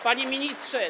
Panie Ministrze!